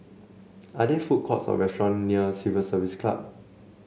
are there food courts or restaurant near Civil Service Club